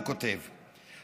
הוא כותב,